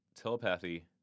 telepathy